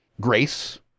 grace